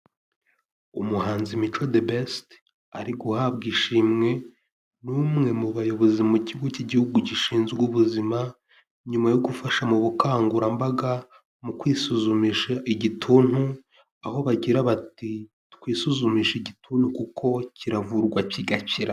Umuhanzi Mico the Best ari guhabwa ishimwe n'umwe mu bayobozi mu Kigo cy'Igihugu Gishinzwe Ubuzima, nyuma yo gufasha mu bukangurambaga mu kwisuzumisha igituntu, aho bagira bati: "Twisuzumishe igituntu kuko kiravurwa kigakira".